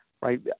right